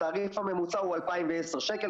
התעריף הממוצע הוא 2,010 שקל.